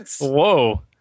Whoa